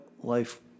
life